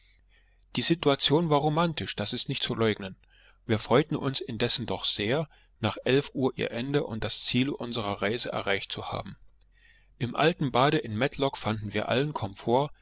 die situation war romantisch das ist nicht zu leugnen wir freuten uns indessen doch sehr nach elf uhr ihr ende und das ziel unserer reise erreicht zu haben im alten bade in matlock fanden wir allen komfort